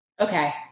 Okay